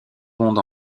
monde